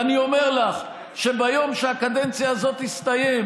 אני אומר לך שביום שהקדנציה הזאת תסתיים